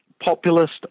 populist